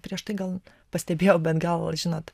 prieš tai gal pastebėjau bet gal žinot